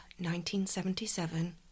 1977